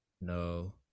No